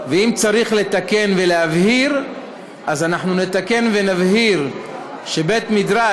ואם צריך לתקן ולהבהיר אז אנחנו נתקן ונבהיר שבית-מדרש,